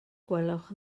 gwelwch